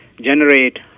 generate